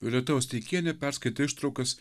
rita osteikienė perskaitė ištraukas